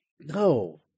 No